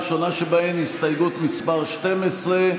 הראשונה שבהן, הסתייגות מס' 12,